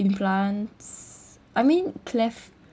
implants I mean cleft